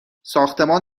ساختمان